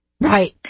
Right